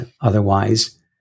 Otherwise